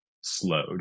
slowed